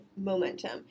momentum